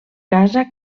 casa